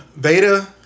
beta